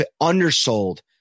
undersold